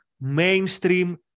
mainstream